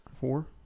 Four